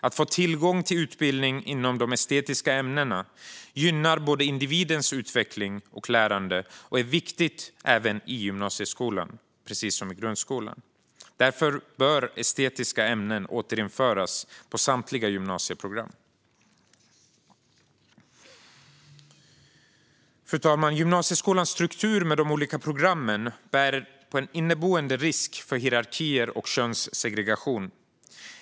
Att få tillgång till utbildning inom de estetiska ämnena gynnar individens utveckling och lärande och är viktigt även i gymnasieskolan, precis som i grundskolan. Därför bör estetiska ämnen återinföras på samtliga gymnasieprogram. Fru talman! Gymnasieskolans struktur med de olika programmen bär på en inneboende risk för hierarkier och könssegregation.